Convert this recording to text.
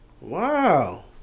Wow